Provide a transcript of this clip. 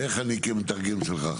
איך אני כמתרגם שלך?